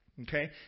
okay